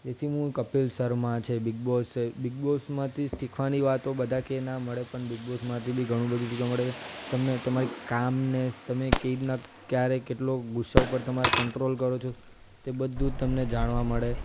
જેથી મું કપિલ શર્મા છે બિગ બોસ છે બિગ બોસમાંથી શીખવાની વાતો બધા કે ના મળે પણ બિગ બોસમાંથી બી ઘણું બધું શીખવા મળે છે તમને તમારી કામને તમે કેવી રીતના ક્યારે કેટલો ગુસ્સા ઉપર તમાર કંટ્રોલ કરો છો તે બધું જ તમને જાણવા મળે